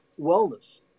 wellness